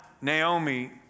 Naomi